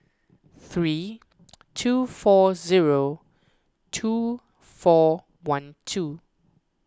three two four zero two four one two